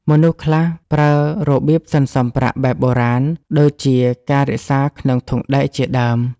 មនុស្សខ្លះប្រើរបៀបសន្សំប្រាក់បែបបុរាណ ដូចជាការរក្សាក្នុងធុងដែកជាដើម។